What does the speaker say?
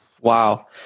Wow